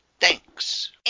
Thanks